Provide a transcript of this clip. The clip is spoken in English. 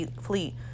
fleet